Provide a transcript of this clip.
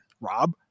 Rob